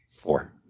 Four